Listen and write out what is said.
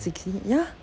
sixty ya